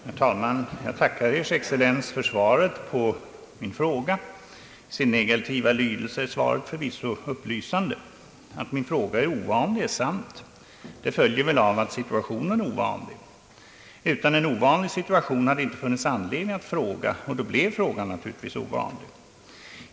Herr talman! Jag tackar Ers Excellens för svaret på min fråga. I sin negativa lydelse är svaret förvisso upplysande. Att min fråga är ovanlig är sant. Det följer väl av att situationen är ovanlig. Utan en ovanlig situation hade det inte funnits anledning att fråga, och då blev frågan naturligtvis ovanlig.